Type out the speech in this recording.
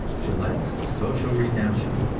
gillette's social redemption,